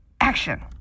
action